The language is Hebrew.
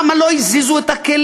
למה לא הזיזו את הכלים?